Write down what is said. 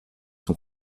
son